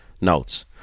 notes